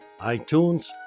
iTunes